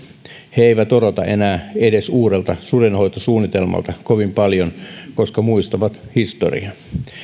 he eivät odota enää edes uudelta sudenhoitosuunnitelmalta kovin paljon koska muistavat historian